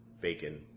bacon